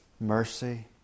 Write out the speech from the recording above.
mercy